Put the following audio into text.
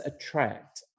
attract